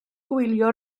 gwylio